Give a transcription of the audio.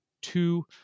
two